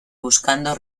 buscando